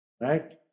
Right